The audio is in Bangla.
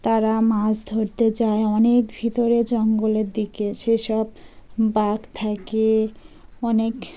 তারা মাছ ধরতে যায় অনেক ভিতরে জঙ্গলের দিকে সেসব বাঘ থাকে অনেক